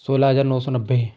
सोलह हजार नौ सौ नब्बे